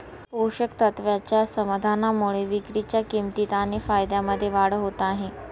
पोषक तत्वाच्या समाधानामुळे विक्रीच्या किंमतीत आणि फायद्यामध्ये वाढ होत आहे